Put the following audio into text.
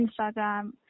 Instagram